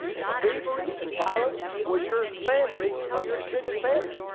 and thievery and violence was your family or your extended family.